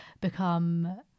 become